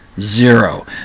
Zero